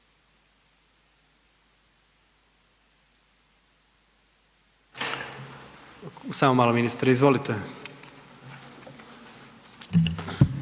Samo malo ministre, izvolite.